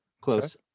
close